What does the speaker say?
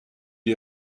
est